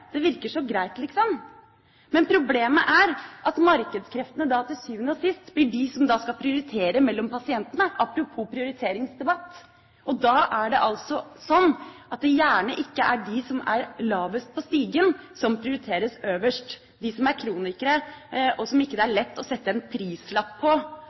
det virker så greit liksom. Men problemet er at markedskreftene da til syvende og sist blir dem som skal prioritere mellom pasientene, apropos prioriteringsdebatt, og da er det gjerne ikke de som er lavest på stigen, som prioriteres øverst – de som er kronikere, og som det ikke er lett å sette en prislapp på,